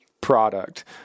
product